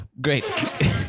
Great